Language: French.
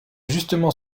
justement